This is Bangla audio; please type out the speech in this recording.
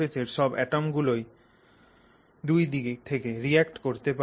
এটাই শুধু নয় সমস্ত অ্যাটম গুলো দুই দিক থেকে রিঅ্যাক্ট করতে পারে